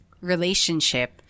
relationship